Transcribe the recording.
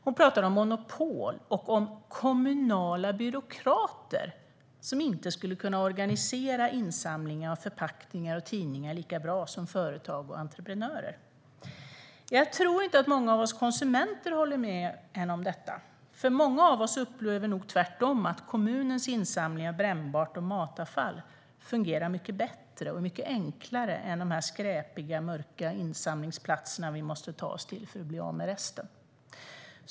Hon pratar om monopol och om kommunala byråkrater som inte skulle kunna organisera insamling av förpackningar och tidningar lika bra som företag och entreprenörer. Jag tror inte att många av oss konsumenter håller med henne om detta, för många av oss upplever nog tvärtom att kommunens insamling av brännbart och matavfall fungerar mycket bättre och mycket enklare än de skräpiga, mörka insamlingsplatserna vi måste ta oss till för att bli av med resten.